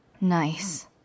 Nice